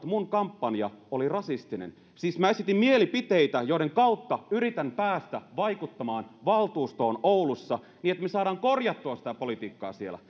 minun kampanjani oli rasistinen siis minä esitin mielipiteitä joiden kautta yritin päästä vaikuttamaan valtuustoon oulussa niin että me saamme korjattua sitä politiikkaa siellä